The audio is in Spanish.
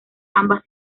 ambas